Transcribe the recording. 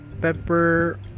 pepper